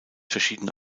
verschiedene